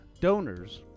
donors